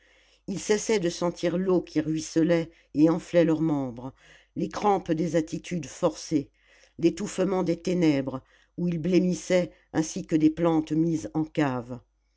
ils cessaient de sentir l'eau qui ruisselait et enflait leurs membres les crampes des attitudes forcées l'étouffement des ténèbres où ils blêmissaient ainsi que des plantes mises en cave